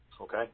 Okay